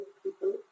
people